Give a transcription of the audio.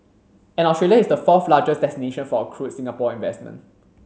and Australia is the fourth largest destination for accrued Singapore investment